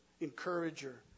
encourager